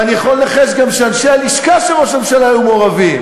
ואני יכול לנחש גם שאנשי הלשכה של ראש הממשלה היו מעורבים.